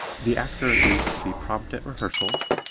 the actor agrees to be prompt at rehearsals,